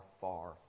far